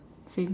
same